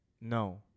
no